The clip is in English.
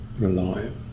alive